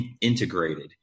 integrated